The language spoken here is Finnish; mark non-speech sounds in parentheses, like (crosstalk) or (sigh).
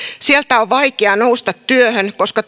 sieltä on vaikea nousta työhön koska (unintelligible)